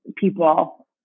people